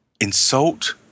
insult